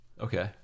Okay